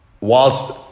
whilst